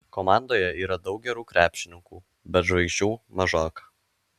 komandoje yra daug gerų krepšininkų bet žvaigždžių mažoka